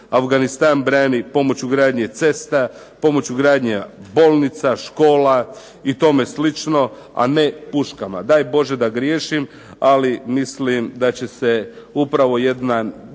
Afganistan brani pomoću gradnje cesta, pomoću gradnje bolnica, škola i tome slično a ne puškama. Daj Bože da griješim ali mislim da će se upravo ti